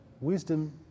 wisdom